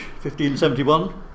1571